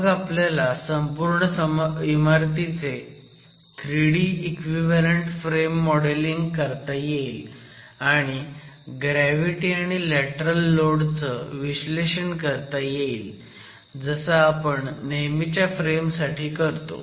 मग आपल्याला संपूर्ण इमारतीचे 3D इक्विव्हॅलंट फ्रेम मॉडेलिंग करता येईल आणि ग्रॅव्हिटी आणि लॅटरल लोड चं विश्लेषण करता येईल जसं आपण नेहमीच्या फ्रेम साठी करतो